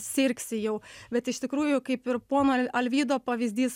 sirgsi jau bet iš tikrųjų kaip ir pono al alvydo pavyzdys